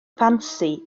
ffansi